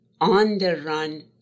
on-the-run